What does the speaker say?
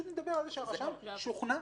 נדבר על זה שהרשם שוכנע שזה יסכל.